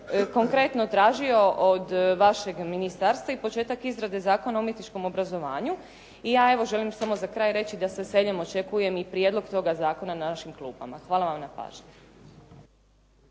konkretno tražio od vašeg ministarstva i početak izrade Zakona o umjetničkom obrazovanju. I ja evo želim još samo za kraj reći da s veseljem očekujem i prijedlog toga zakona na našim klupama. Hvala vam na pažnji.